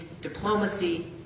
diplomacy